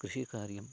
कृषिकार्यं